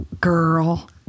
Girl